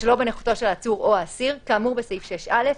שלא בנוכחותו של העצור או האסיר "כאמור בסעיף 6(א),